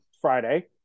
Friday